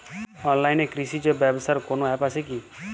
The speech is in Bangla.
অনলাইনে কৃষিজ ব্যবসার কোন আ্যপ আছে কি?